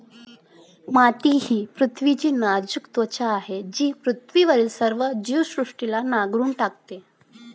माती ही पृथ्वीची नाजूक त्वचा आहे जी पृथ्वीवरील सर्व जीवसृष्टीला नांगरून टाकते